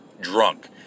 drunk